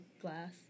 glass